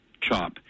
chop